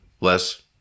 less